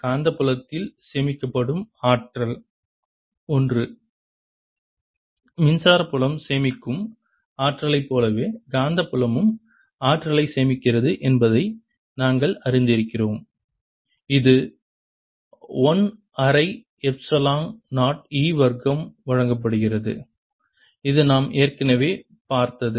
காந்தப்புலத்தில் சேமிக்கப்படும் ஆற்றல் I மின்சார புலம் சேமிக்கும் ஆற்றலைப் போலவே காந்தப்புலமும் ஆற்றலைச் சேமிக்கிறது என்பதை நாங்கள் அறிந்திருக்கிறோம் அது 1 அரை எப்சிலான் 0 E வர்க்கம் வழங்கப்படுகிறது இது நாம் ஏற்கனவே பார்த்தது